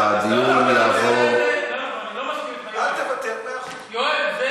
הדיון יעבור, יואל, זה